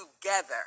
together